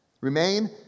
Remain